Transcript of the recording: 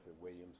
Williams